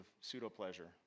pseudo-pleasure